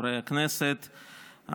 חברי הכנסת,